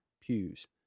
Pews